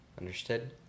Understood